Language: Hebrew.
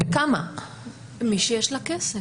מי שיש לה כסף.